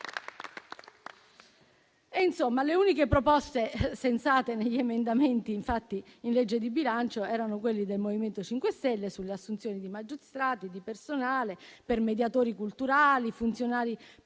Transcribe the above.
le uniche proposte sensate negli emendamenti presentati alla legge di bilancio erano quelle del MoVimento 5 Stelle sulle assunzioni di magistrati, di personale, per mediatori culturali e funzionari